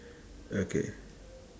okay